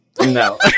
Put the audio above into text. No